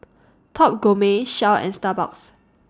Top Gourmet Shell and Starbucks